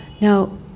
Now